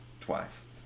twice